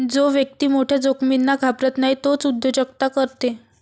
जो व्यक्ती मोठ्या जोखमींना घाबरत नाही तोच उद्योजकता करते